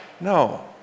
No